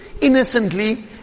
innocently